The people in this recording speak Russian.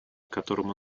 которому